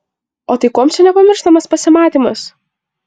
o tai kuom čia nepamirštamas pasimatymas